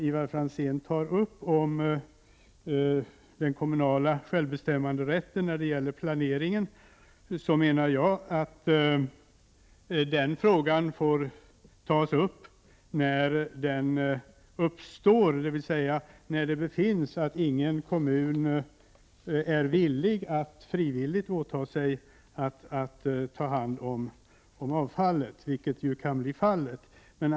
Ivar Franzén tog upp den kommunala självbestämmanderätten när det gäller planeringen. Den frågan får tas upp när den uppstår, dvs. när det befinns att ingen kommun är villig att åta sig att ta hand om avfallet, vilket ju kan bli förhållandet.